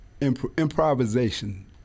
improvisation